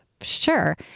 sure